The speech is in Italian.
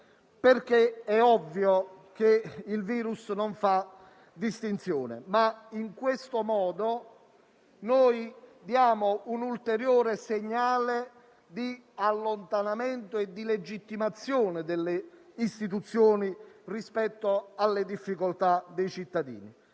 perché è ovvio che il virus non fa distinzione. In tal modo, però, noi diamo un ulteriore segnale di allontanamento e di delegittimazione delle istituzioni rispetto alle difficoltà dei cittadini.